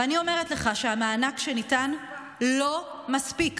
ואני אומרת לך שהמענק שניתן לא מספיק.